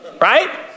right